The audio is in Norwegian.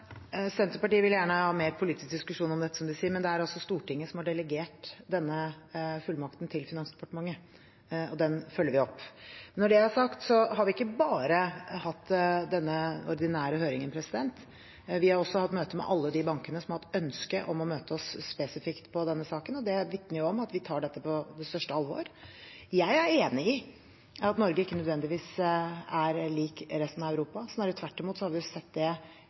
Senterpartiet vil gjerne ha mer politisk diskusjon om dette, som de sier, men det er altså Stortinget som har delegert denne fullmakten til Finansdepartementet, og den følger vi opp. Når det er sagt, har vi ikke bare hatt denne ordinære høringen. Vi har også hatt møte med alle de bankene som har hatt ønske om å møte oss spesifikt i denne saken, og det vitner om at vi tar dette på største alvor. Jeg er enig i at Norge ikke nødvendigvis er likt resten av Europa. Snarere tvert imot har vi sett, særlig i kjølvannet av finanskrisen, hvor positivt det